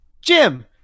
jim